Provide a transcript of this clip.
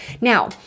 Now